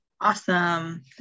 Awesome